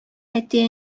әти